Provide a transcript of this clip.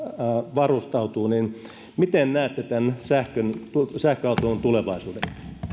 varustautuu miten näette tämän sähköautoilun tulevaisuuden